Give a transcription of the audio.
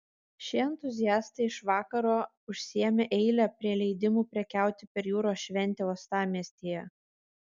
šie entuziastai iš vakaro užsiėmė eilę prie leidimų prekiauti per jūros šventę uostamiestyje